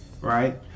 right